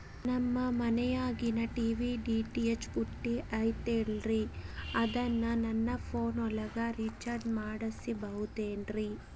ನಮ್ಮ ಮನಿಯಾಗಿನ TV DTH ಪುಟ್ಟಿ ಐತಲ್ರೇ ಅದನ್ನ ನನ್ನ ಪೋನ್ ಒಳಗ ರೇಚಾರ್ಜ ಮಾಡಸಿಬಹುದೇನ್ರಿ?